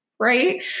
right